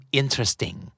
interesting